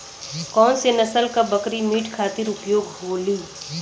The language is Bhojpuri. कौन से नसल क बकरी मीट खातिर उपयोग होली?